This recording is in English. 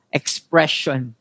expression